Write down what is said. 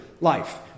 life